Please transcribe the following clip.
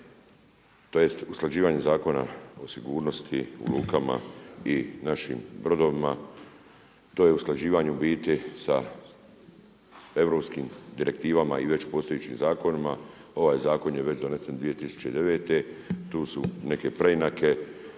tj. usklađivanje Zakona o sigurnosti u lukama i našim brodovima. To je usklađivanje u biti sa europskim direktivama i već postojećim zakonima. Ovaj zakon je već donesen 2009., tu su neke preinake.